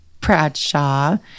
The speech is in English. Bradshaw